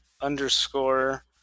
Underscore